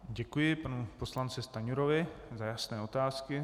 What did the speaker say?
Děkuji panu poslanci Stanjurovi za jasné otázky.